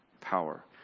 power